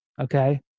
Okay